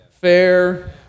fair